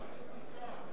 אני מחדש את ישיבת הכנסת.